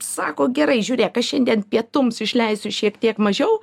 sako gerai žiūrėk aš šiandien pietums išleisiu šiek tiek mažiau